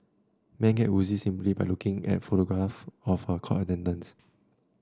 men get woozy simply by looking at photographs of her court attendance